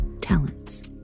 talents